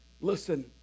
Listen